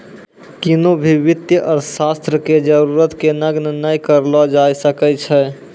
किन्हो भी वित्तीय अर्थशास्त्र के जरूरत के नगण्य नै करलो जाय सकै छै